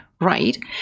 right